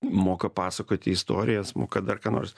moka pasakoti istorijas moka dar ką nors